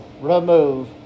remove